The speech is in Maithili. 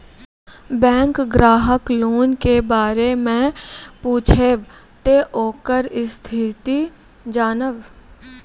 बैंक ग्राहक लोन के बारे मैं पुछेब ते ओकर स्थिति जॉनब?